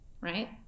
right